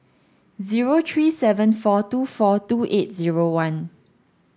zero three seven four two four two eight zero one